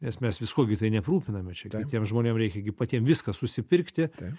nes mes viskuo gi tai neaprūpiname čia gi tiem žmonėm reikia gi patiem viską susipirkti